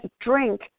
drink